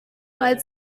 als